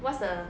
what's the